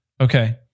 okay